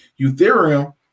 Ethereum